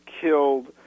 killed